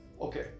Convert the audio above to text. Okay